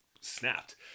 snapped